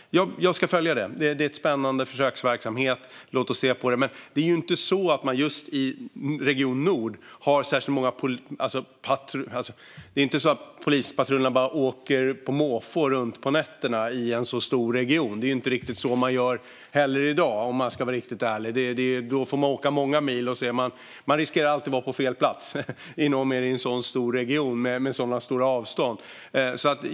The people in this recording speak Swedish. Jag ska följa det. Det är en spännande försöksverksamhet. Låt oss se på det! Men det är inte så att polispatrullerna bara åker runt på måfå på nätterna i en så stor region som region Nord. Det är inte riktigt så man gör i dag heller, om man ska vara helt ärlig. Då får man åka många mil, och man riskerar alltid att vara på fel plats i en stor region med stora avstånd.